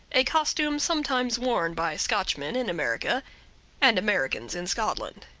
a costume sometimes worn by scotchmen in america and americans in scotland.